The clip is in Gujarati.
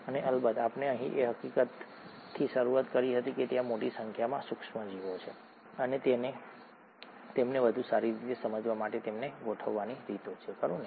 અને અલબત્ત આપણે એ હકીકતથી શરૂઆત કરી હતી કે ત્યાં મોટી સંખ્યામાં સુક્ષ્મસજીવો છે અને તેમને વધુ સારી રીતે સમજવા માટે તેમને ગોઠવવાની રીતો છે ખરું ને